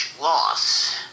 loss